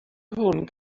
hwn